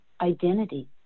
identity